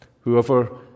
whoever